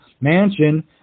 mansion